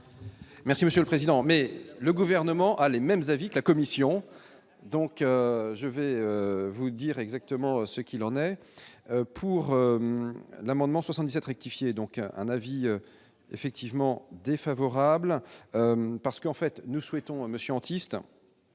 Merci Monsieur le président, mais le gouvernement a les mêmes avis de la commission donc je vais vous dire exactement ce qu'il en est pour l'amendement 77 rectifier donc un avis effectivement défavorable parce que, en fait, nous souhaitons à me scientiste